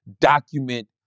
document